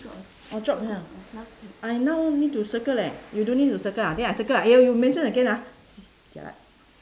orh chop here I now need to circle leh you don't need to circle ah then I circle ah !aiya! you mention again ah jialat